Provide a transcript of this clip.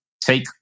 take